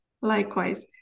Likewise